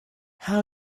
how